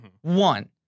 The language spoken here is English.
one